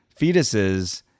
fetuses